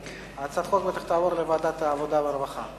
הצעת החוק בטח תעבור לוועדת העבודה והרווחה.